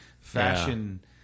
fashion